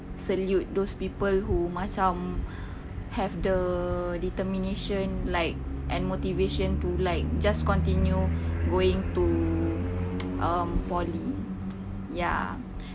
salute those people who macam have the determination like and motivation to like just continue going to um poly ya